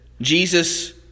Jesus